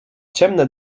ciemne